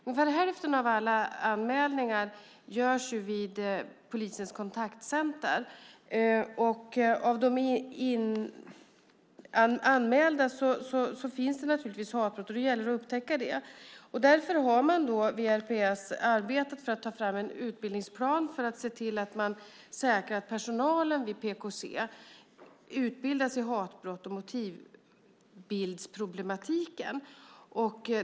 Ungefär hälften av alla anmälningar görs vid polisens kontaktcenter. Bland anmälningarna finns det naturligtvis hatbrott, och det gäller att upptäcka det. Därför har man vid RPS arbetat för att ta fram en utbildningsplan för att se till att man säkrar att personalen vid PKC utbildas i hatbrotts och motivbildsproblematiken.